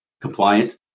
compliant